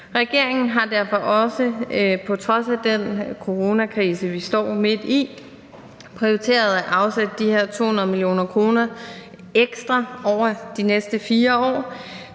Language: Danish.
Regeringen har derfor også på trods af den coronakrise, vi står midt i, prioriteret at afsætte de her 200 mio. kr. ekstra over de næste 4 år,